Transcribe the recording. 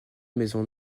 maison